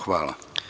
Hvala.